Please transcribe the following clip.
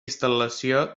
instal·lació